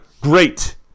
Great